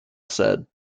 said